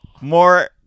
more